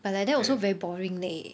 but like that also very boring leh